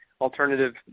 alternative